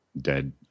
Dead